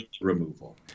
removal